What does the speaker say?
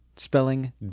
spelling